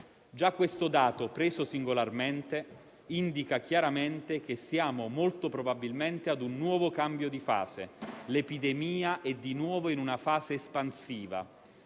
Già questo dato, preso singolarmente, indica chiaramente che siamo molto probabilmente a un nuovo cambio di fase: l'epidemia è di nuovo in una fase espansiva.